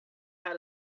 had